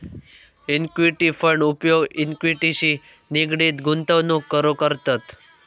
equity fund उपयोग इक्विटीशी निगडीत गुंतवणूक करूक करतत